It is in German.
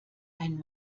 ein